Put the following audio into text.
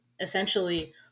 essentially